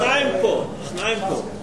הנה, יש שניים פה, שניים פה.